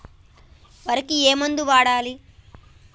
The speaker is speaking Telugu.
వరికి ఏ మందు వాడాలి?